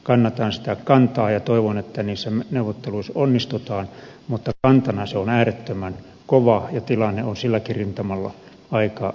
kannatan sitä kantaa ja toivon että niissä neuvotteluissa onnistutaan mutta kantana se on äärettömän kova ja tilanne on silläkin rintamalla aika vaikea